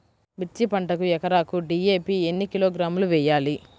మిర్చి పంటకు ఎకరాకు డీ.ఏ.పీ ఎన్ని కిలోగ్రాములు వేయాలి?